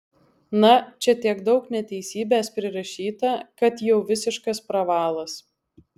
na čia tiek daug neteisybės prirašyta kad jau visiškas pravalas